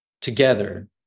together